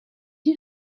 you